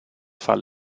fall